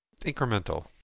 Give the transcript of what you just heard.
Incremental